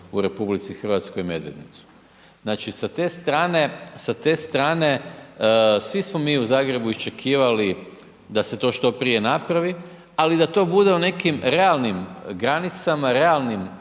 u RH Medvednicu. Znači sa te strane svi smo mi u Zagrebu iščekivali da se to što prije napravi ali da to bude u nekim realnim granicama, realnim